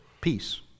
Peace